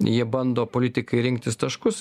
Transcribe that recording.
jie bando politikai rinktis taškus